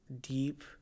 deep